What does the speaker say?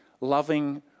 Loving